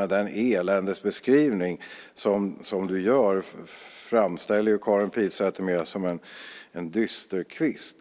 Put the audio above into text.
Men Karin Pilsäters eländesbeskrivning framställer henne mer som en dysterkvist.